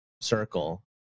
circle